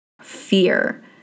fear